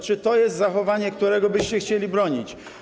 Czy to jest zachowanie, którego byście chcieli bronić?